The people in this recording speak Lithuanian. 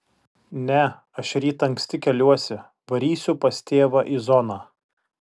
ne aš ryt anksti keliuosi varysiu pas tėvą į zoną